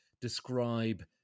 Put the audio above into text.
describe